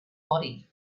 body